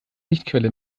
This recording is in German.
lichtquelle